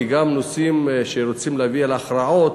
כי גם נושאים שרוצים להביא להכרעות,